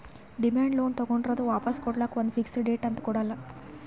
demand loan ತಗೋಂಡ್ರ್ ಅದು ವಾಪಾಸ್ ಕೊಡ್ಲಕ್ಕ್ ಒಂದ್ ಫಿಕ್ಸ್ ಡೇಟ್ ಅಂತ್ ಕೊಡಲ್ಲ